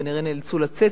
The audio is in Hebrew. הם כנראה נאלצו לצאת,